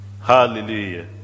Hallelujah